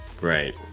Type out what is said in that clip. Right